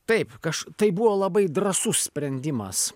taip aš tai buvo labai drąsus sprendimas